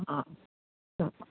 हा हा